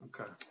Okay